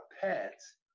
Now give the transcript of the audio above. pets